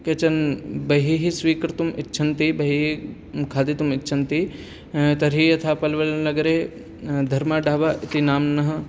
केचन बहिः स्वीकर्तुम् इच्छन्ति बहिः खादितुम् इच्छन्ति तर्हि यथा पल्वल्नगरे धर्माढाबा इति नाम्नः